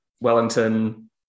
Wellington